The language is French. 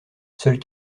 seuls